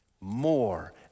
more